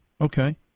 Okay